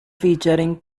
featuring